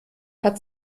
hat